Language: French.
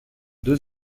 deux